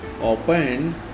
open